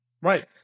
Right